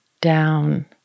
down